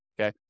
okay